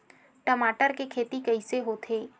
टमाटर के खेती कइसे होथे?